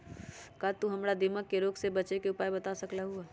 का तू हमरा दीमक के रोग से बचे के उपाय बता सकलु ह?